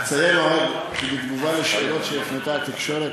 אציין עוד כי בתגובה לשאלות שהפנתה התקשורת